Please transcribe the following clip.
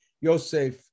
Yosef